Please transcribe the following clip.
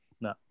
No